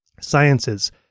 sciences